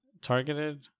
targeted